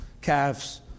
calves